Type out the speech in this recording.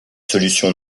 solution